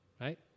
right